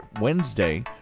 Wednesday